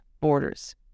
borders